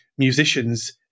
musicians